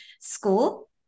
school